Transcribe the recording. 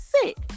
sick